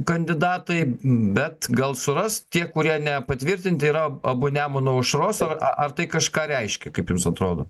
kandidatai bet gal suras tie kurie nepatvirtinti yra abu nemuno aušros ar a ar tai kažką reiškia kaip jums atrodo